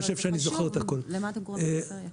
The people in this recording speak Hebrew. זה חשוב למה אתה קורא פריפריה.